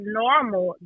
normal